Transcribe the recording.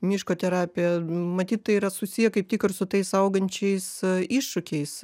miško terapija matyt tai yra susiję kaip tik ir su tais augančiais iššūkiais